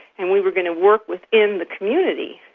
and we were going to work within the community,